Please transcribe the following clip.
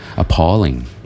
appalling